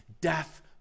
death